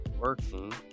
working